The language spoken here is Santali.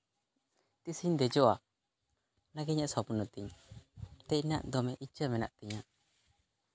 ᱛᱤᱥᱮᱧ ᱫᱮᱡᱚᱜᱼᱟ ᱚᱱᱟᱜᱮ ᱤᱧᱟᱹᱜ ᱥᱚᱯᱱᱚ ᱛᱤᱧ ᱫᱮᱡ ᱨᱮᱱᱟᱜ ᱫᱚᱢᱮ ᱤᱪᱪᱷᱟᱹ ᱢᱮᱱᱟᱜ ᱛᱤᱧᱟᱹ